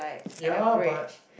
ya but